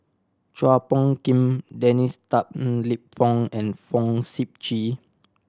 Chua Phung Kim Dennis Tan Lip Fong and Fong Sip Chee